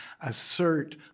assert